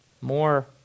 more